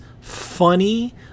funny